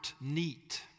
neat